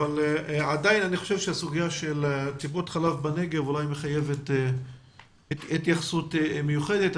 אני עדיין חושב שסוגיית טיפות החלב בנגב מחייבת התייחסות מיוחדת.